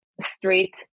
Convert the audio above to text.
Street